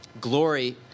Glory